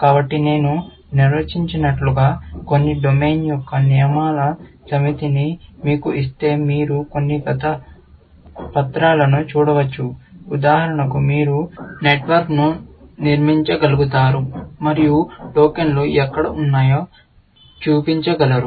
కాబట్టి నేను నిర్వచించినట్లుగా కొన్ని డొమైన్ యొక్క నియమాల సమితిని మీకు ఇస్తే మీరు కొన్ని గత పత్రాలను చూడవచ్చు ఉదాహరణకు మీరు నెట్వర్క్ను నిర్మించగలుగుతారు మరియు టోకెన్లు ఎక్కడ ఉన్నాయో చూపించగలరు